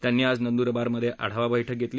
त्यांनी आज नंद्रबारमधे आढावा बैठक घेतली